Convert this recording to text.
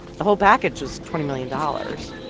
the whole package was twenty million dollars.